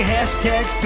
Hashtag